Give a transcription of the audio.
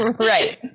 Right